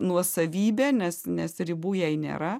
nuosavybė nes nes ribų jai nėra